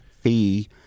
fee